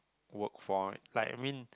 work for like I mean